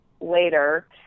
later